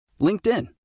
LinkedIn